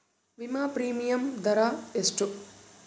ವಿಮಾ ಪ್ರೀಮಿಯಮ್ ದರಾ ಎಷ್ಟು?